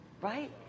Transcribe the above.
right